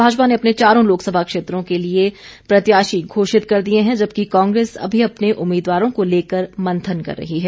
भाजपा ने अपने चारों लोकसभा क्षेत्रों के लिए प्रत्याशी घोषित कर दिए हैं जबकि कांग्रेस अभी अपने उम्मीदवारों को लेकर मंथन कर रही है